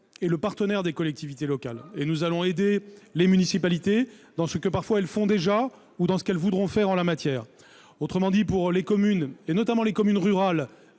est le partenaire des collectivités locales. Nous allons aider les municipalités à réaliser ce qu'elles font déjà ou ce qu'elles voudront faire en la matière. Autrement dit, pour les communes, notamment celles